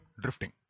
Drifting